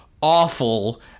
awful